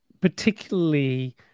particularly